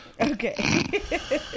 Okay